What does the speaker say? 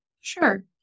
Sure